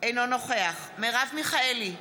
אינו נוכח מרב מיכאלי,